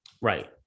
Right